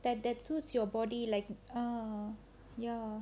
that that suits your body like ah ya